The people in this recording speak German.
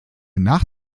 nach